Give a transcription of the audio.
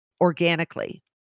organically